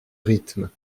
rythme